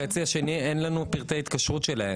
אין לנו פרטי התקשרות של החצי השני.